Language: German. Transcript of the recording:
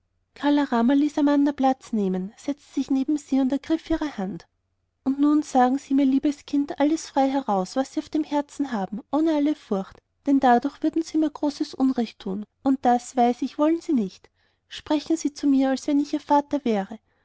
kala rama ließ amanda platz nehmen setzte sich neben sie und ergriff ihre hand und nun sagen sie mir liebes kind alles frei heraus was sie auf dem herzen haben ohne alle furcht denn dadurch würden sie mir großes unrecht tun und das weiß ich wollen sie nicht sprechen sie zu mir als wenn ich ihr vater wäre